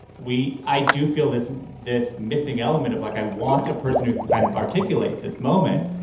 we i do feel this this missing element of like i want a person who can kind of articulate this moment.